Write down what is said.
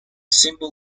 symbol